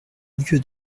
lieu